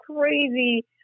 crazy